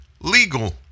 legal